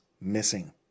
missing